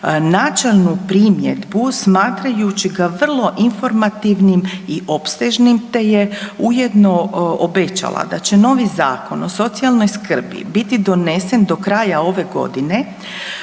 načelnu primjedbu smatrajući ga vrlo informativnim i opsežnim te je ujedno obećala da će novi Zakon o socijalnoj skrbi biti donesen do kraja ove godine,